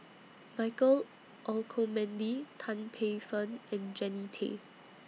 Michael Olcomendy Tan Paey Fern and Jannie Tay